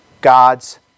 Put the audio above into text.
God's